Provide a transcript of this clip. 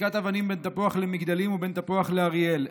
זריקת אבנים בין תפוח למגדלים ובין תפוח לאריאל,